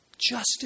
Justice